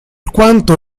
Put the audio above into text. quanto